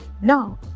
no